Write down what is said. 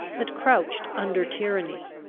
that crouched under tyranny,